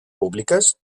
públiques